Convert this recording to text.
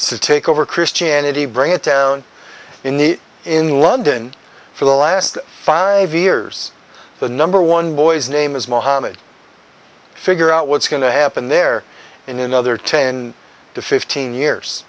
to take over christianity bring it down in the in london for the last five years the number one boy's name is mohammed figure out what's going to happen there in another ten to fifteen years